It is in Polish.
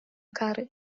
kary